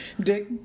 Dick